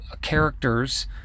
characters